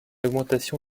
augmentation